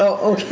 ok.